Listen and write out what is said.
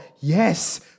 Yes